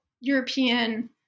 European